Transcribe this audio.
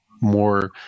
more